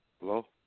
Hello